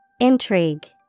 Intrigue